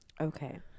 Okay